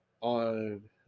on